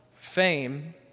fame